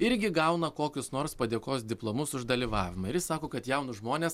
irgi gauna kokius nors padėkos diplomus už dalyvavimą ir jis sako kad jaunus žmones